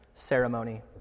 ceremony